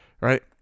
right